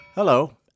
Hello